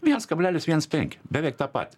viens kablelis viens penki beveik tą patį